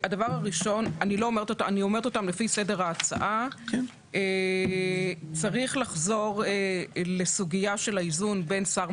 אני אומר את הדברים לפי סדר ההצעה: צריך לחזור לסוגיה של האיזון בין שר,